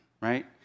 right